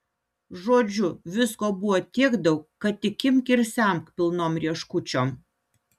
žodžiu visko buvo tiek daug kad tik imk ir semk pilnom rieškučiom